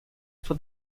for